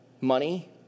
money